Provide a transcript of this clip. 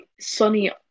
sunny